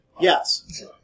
Yes